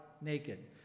naked